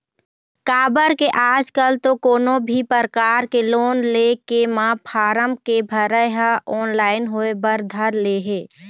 काबर के आजकल तो कोनो भी परकार के लोन के ले म फारम के भरई ह ऑनलाइन होय बर धर ले हे